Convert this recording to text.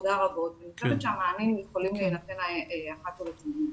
המענים צריכים להינתן אחת ולתמיד,